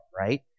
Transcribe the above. right